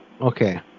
Okay